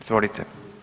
Izvolite.